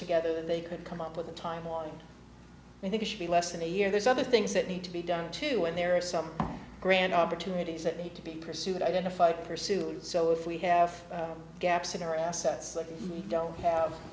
together they could come up with a timeline i think it should be less than a year there's other things that need to be done too and there are some grand opportunities that need to be pursued identified pursued so if we have gaps in our assets that we don't have